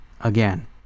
again